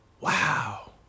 wow